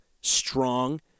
strong